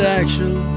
actual